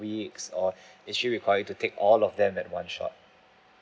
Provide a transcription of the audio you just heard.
weeks or is she required to take all of them at one shot